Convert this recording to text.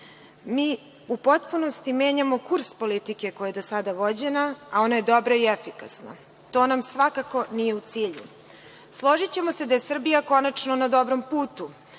mi u potpunosti menjamo kurs politike koja je do sada vođena, a ona je dobra i efikasna. To nam svakako nije u cilju. Složićemo se da je Srbija konačno na dobrom putu.